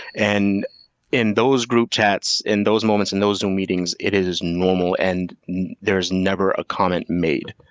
and in those group chats, in those moments, in those zoom meetings, it is normal and there is never a comment made.